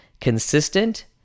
consistent